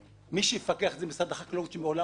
מי שיפקח זה משרד החקלאות שמעולם לא עשה עסקה.